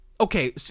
Okay